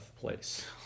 place